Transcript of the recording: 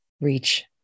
reach